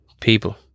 people